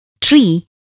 tree